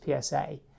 PSA